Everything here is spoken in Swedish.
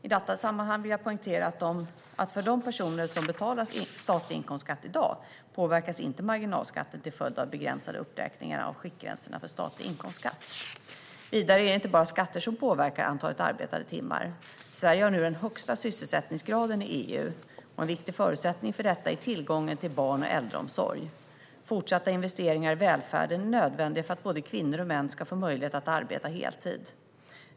I detta sammanhang vill jag poängtera att för de personer som betalar statlig inkomstskatt i dag påverkas inte marginalskatten till följd av begränsade uppräkningar av skiktgränserna för statlig inkomstskatt. Vidare är det inte bara skatter som påverkar antalet arbetade timmar. Sverige har nu den högsta sysselsättningsgraden i EU. En viktig förutsättning för detta är tillgången till barn och äldreomsorg. Fortsatta investeringar i välfärden är nödvändiga för att både kvinnor och män ska få möjlighet att arbeta heltid.